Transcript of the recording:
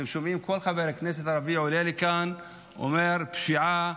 אתם שומעים כל חבר כנסת ערבי שעולה לכאן אומר: פשיעה,